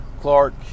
clark